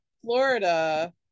Florida